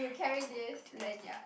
carry this lanyard